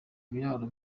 ibiraro